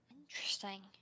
interesting